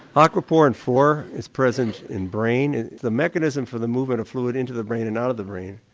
ah acquaporin four is present in brain, the mechanism for the movement of fluid into the brain and out of the brain.